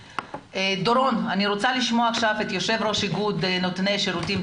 אני רוצה לשמוע עכשיו את יושב ראש איגוד נותני שירותים,